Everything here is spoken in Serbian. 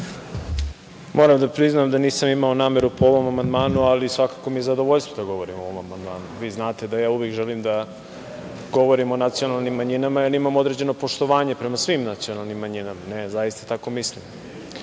Moram da priznam da nisam imao nameru po ovom amandmanu, ali svakako mi je zadovoljstvo da govorim o ovom amandmanu. Vi znate da ja uvek želim da govorim o nacionalnim manjinama, jer imam određeno poštovanje prema svim nacionalnim manjinama, ne zaista tako i